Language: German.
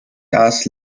das